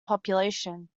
population